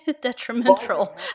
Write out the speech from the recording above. detrimental